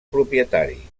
propietari